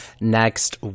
next